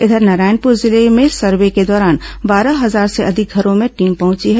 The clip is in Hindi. इधर नारायणपुर जिले में सर्वे के दौरान बारह हजार से अधिक घरों में टीम पहुंची है